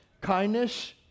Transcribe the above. kindness